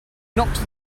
knocked